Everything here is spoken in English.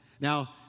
Now